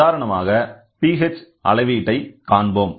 உதாரணமாக pH அளவீட்டை காண்போம்